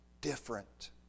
different